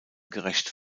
gerecht